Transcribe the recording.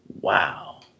Wow